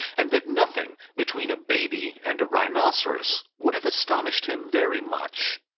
and that nothing between a baby and rhinoceros would have astonished him very much.